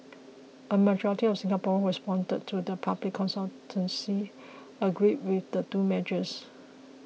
a majority of Singaporeans who responded to the public consultation agreed with the two measures